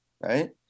Right